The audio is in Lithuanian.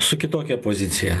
su kitokia pozicija